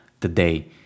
today